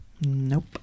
Nope